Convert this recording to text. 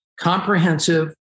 comprehensive